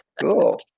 cool